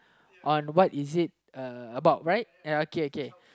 on what is it about right ya okay okay